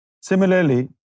Similarly